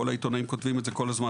כל העיתונאים כותבים את זה כל הזמן.